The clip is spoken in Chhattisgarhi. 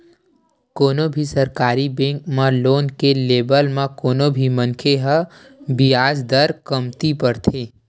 कोनो भी सरकारी बेंक म लोन के लेवब म कोनो भी मनखे ल बियाज दर कमती परथे